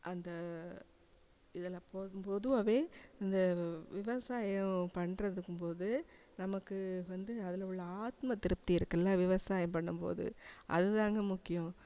அந்த இதெல்லாம் பொது பொதுவாகவே இந்த விவசாயம் பண்ணுறதுக்கும்போது நமக்கு வந்து அதில் உள்ள ஆத்ம திருப்தி இருக்குல்ல விவசாயம் பண்ணும்போது அது தாங்க முக்கியம்